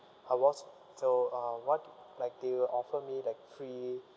so uh what like do you offer me like free